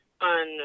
on